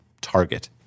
target